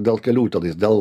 dėl kelių tenais dėl